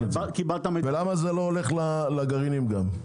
ולמה זה הולך לגרעינים גם?